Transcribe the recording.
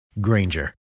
Granger